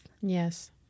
Yes